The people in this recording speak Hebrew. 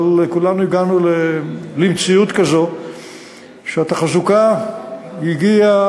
אבל כולנו הגענו למציאות כזו שהתחזוקה הגיעה